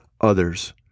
others